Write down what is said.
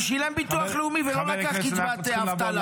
הוא שילם ביטוח לאומי ולא לקח קצבת אבטלה.